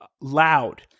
loud